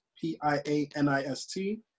p-i-a-n-i-s-t